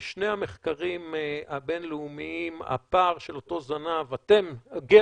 בשני המחקרים הבין-לאומיים הפער של אותו זנב גרטנר